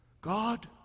God